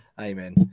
Amen